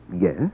Yes